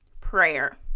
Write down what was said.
prayer